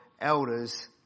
elders